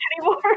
anymore